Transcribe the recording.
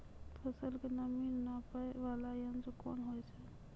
फसल के नमी नापैय वाला यंत्र कोन होय छै